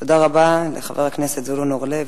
תודה רבה לחבר הכנסת זבולון אורלב,